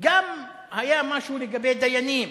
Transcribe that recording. היה משהו לגבי דיינים,